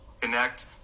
connect